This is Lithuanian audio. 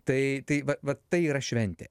tai tai va vat tai yra šventė